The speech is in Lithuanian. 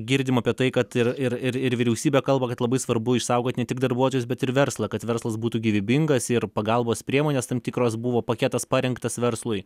girdim apie tai kad ir ir ir ir vyriausybė kalba kad labai svarbu išsaugot ne tik darbuotojus bet ir verslą kad verslas būtų gyvybingas ir pagalbos priemonės tam tikros buvo paketas parengtas verslui